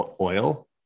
oil